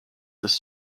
this